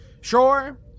Sure